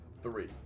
three